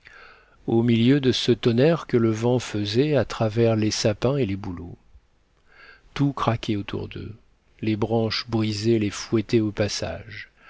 au milieu de ce tonnerre que le vent faisait à travers les sapins et les bouleaux tout craquait autour d'eux les branches brisées les fouettaient au passage